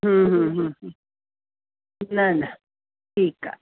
हूं हूं हूं हूं न न ठीकु आहे